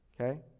Okay